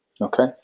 okay